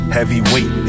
Heavyweight